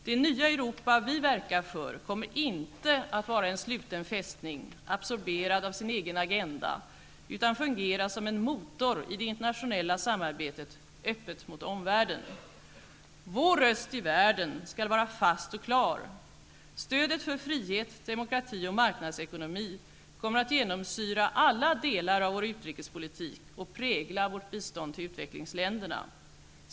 Det nya Europa vi verkar för kommer inte att vara en sluten fästning absorberad av sin egen agenda utan fungera som en motor i det internationella samarbetet, öppet mot omvärlden. Vår röst i världen skall vara fast och klar. Stödet för frihet, demokrati och marknadsekonomi kommer att genomsyra alla delar av vår utrikespolitik och prägla vårt bistånd till utvecklingsländerna.